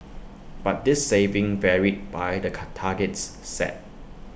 but this saving varied by the card targets set